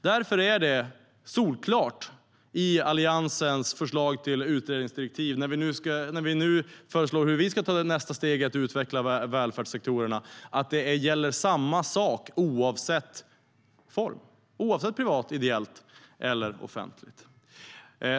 Därför är det solklart i Alliansens förslag till utredningsdirektiv, när vi nu föreslår hur vi ska ta nästa steg i utvecklingen av välfärdssektorerna, att samma sak gäller oavsett form, oavsett om det är privat, ideellt eller offentligt.